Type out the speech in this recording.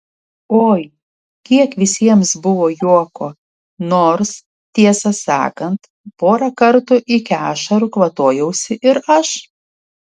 oi kiek visiems buvo juoko nors tiesą sakant porą kartų iki ašarų kvatojausi ir aš